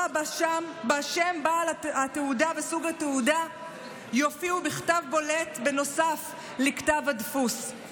שבה שם בעל התעודה וסוג התעודה יופיעו בכתב בולט נוסף לכתב הדפוס.